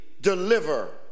deliver